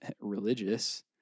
religious